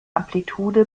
amplitude